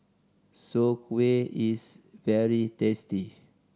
Soon Kueh is very tasty